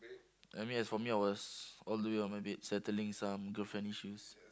I mean as for me I was all the way on my bed settling some girlfriend issues